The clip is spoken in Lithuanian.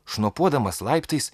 šnopuodamas laiptais